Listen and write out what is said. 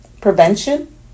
Prevention